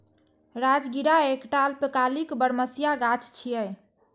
राजगिरा एकटा अल्पकालिक बरमसिया गाछ छियै